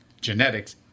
genetics